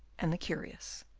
and the curious.